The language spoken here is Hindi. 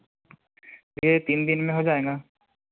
यह तीन दिन में हो जाएँगा